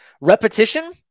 Repetition